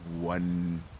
one